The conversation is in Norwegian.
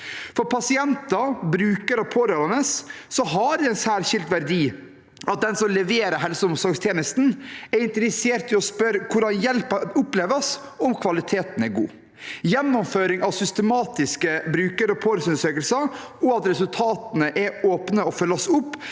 For pasienter, brukere og pårørende har det en særskilt verdi at den som leverer helse- og omsorgstjenesten, er interessert i å spørre om hvordan hjelpen oppleves, og om kvaliteten er god. Gjennomføring av systematiske bruker- og pårørendeundersøkelser og at resultatene er åpne og følges opp,